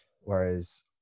Whereas